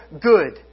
good